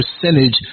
percentage